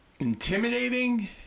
intimidating